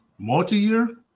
Multi-year